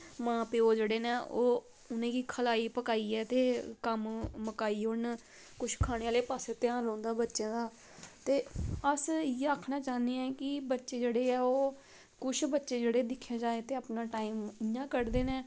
मां प्यो जेह्ड़े न ओह् उनेंगी खलाई पकाइयै ते कम्म मकाई ओड़न कुछ खाने आह्ले पास्से ध्यान रौंह्दा बच्चें दा ते अस इयै आक्खना चाह्ने ऐं कि बच्चे जेह्ड़े ऐ ओह् कुछ बच्चे जेह्ड़े दिक्खेआ जाए ते अपना टाईम इयां कढदे न